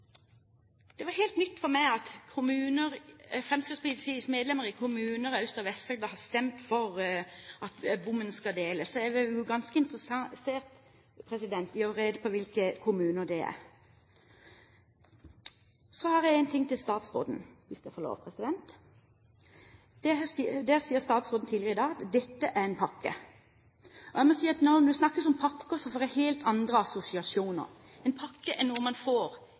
Det var helt nytt for meg at Fremskrittspartiets medlemmer i kommuner i Aust- og Vest-Agder har stemt for at bommen skal deles. Jeg ble ganske interessert i å få rede på hvilke kommuner det er. Så har jeg en ting til statsråden, hvis jeg får lov: Statsråden sa tidligere i dag at dette er en pakke. Når det snakkes om pakker, får jeg helt andre assosiasjoner. En pakke er noe man får,